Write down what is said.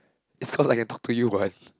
is cause I can talk to you what